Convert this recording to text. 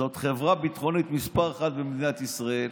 אבל זאת חברה ביטחונית מספר אחת במדינת ישראל,